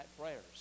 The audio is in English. prayers